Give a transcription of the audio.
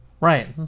Right